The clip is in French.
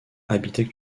habitent